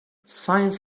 science